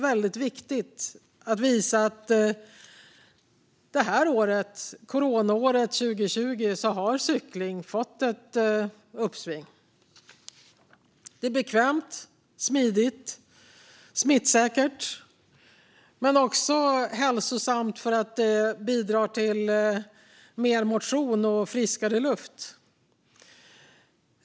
Under coronaåret 2020 har cyklingen fått ett uppsving. Det är bekvämt, smidigt och smittsäkert. Dessutom bidrar det till ökad motion och friskare luft.